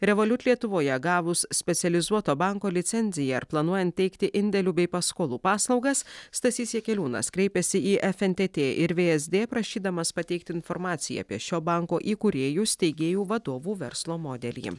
revolut lietuvoje gavus specializuoto banko licenziją ir planuojant teikti indėlių bei paskolų paslaugas stasys jakeliūnas kreipėsi į fntt ir vsd prašydamas pateikti informaciją apie šio banko įkūrėjų steigėjų vadovų verslo modelį